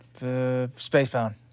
Spacebound